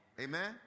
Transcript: Amen